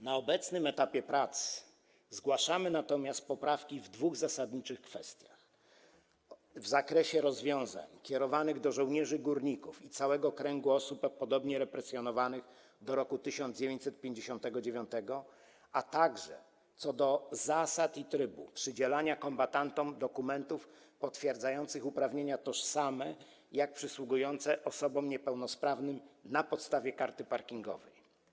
Na obecnym etapie prac zgłaszamy natomiast poprawki w dwóch zasadniczych kwestiach: w zakresie rozwiązań kierowanych do żołnierzy górników i całego kręgu osób podobnie represjonowanych do roku 1959, a także co do zasad i trybu przydzielania kombatantom dokumentów potwierdzających uprawnienia tożsame z uprawnieniami przysługującymi osobom niepełnosprawnym na podstawie karty parkingowej.